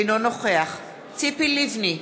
אינו נוכח ציפי לבני,